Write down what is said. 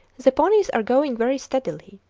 the ponies are going very steadily.